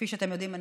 כפי שאתם יודעים,